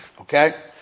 Okay